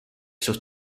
sus